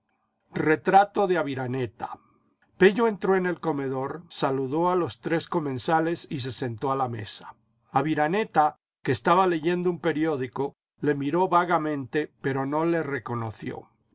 retrato de aviraneta pello entró en el comedor s iludó a los tres comensales y se sentó a la mesa aviraneta que estaba leyendo un periódico le miró vagamente pero no le reconoció